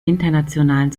internationalen